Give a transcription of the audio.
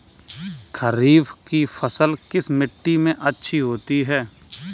खरीफ की फसल किस मिट्टी में अच्छी होती है?